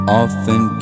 often